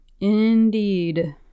Indeed